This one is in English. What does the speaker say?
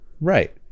Right